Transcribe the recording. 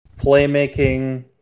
playmaking